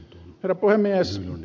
herra puhemies